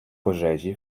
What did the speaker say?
пожежі